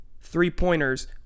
three-pointers